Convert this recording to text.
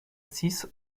six